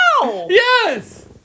yes